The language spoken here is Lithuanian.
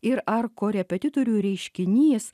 ir ar korepetitorių reiškinys